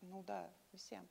nauda visiem